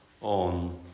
on